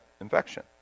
infection